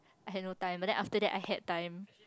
I had no time but then after that I had time